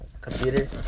computer